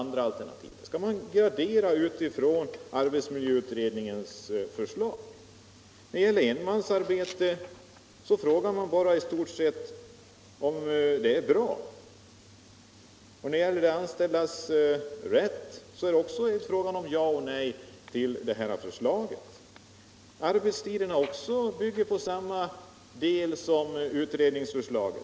Denna gradering skall göras med utgångspunkt i arbetsmiljöutredningens förslag. När det gäller enmansarbete ställer man i stort sett bara frågan om sådant arbete är bra. Också när det gäller de anställdas rätt är det bara fråga om att säga ja eller nej till förslaget. Likaså bygger avsnittet om arbetstiderna på utredningsförslaget.